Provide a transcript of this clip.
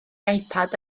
ipad